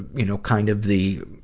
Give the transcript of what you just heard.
you know, kind of the,